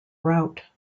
route